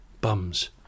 bums